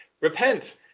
repent